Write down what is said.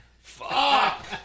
fuck